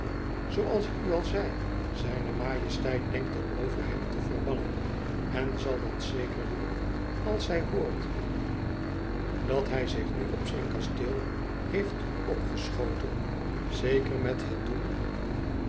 zooals ik u al zei zijne majesteit denkt er over hem te verbannen en zal dat zeker doen als zij hoort dat hij zich nu op zijn kasteel heeft opgeschoten zeker met het doel